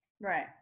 right